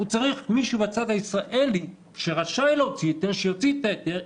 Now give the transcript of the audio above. הוא צריך מישהו בצד הישראלי שרשאי להוציא היתר שיוציא את ההיתר,